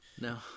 No